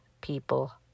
people